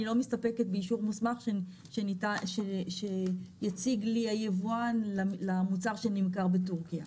אני לא מסתפקת באישור מוסמך שיציג לי היבואן למוצר שנמכר בטורקיה,